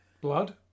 blood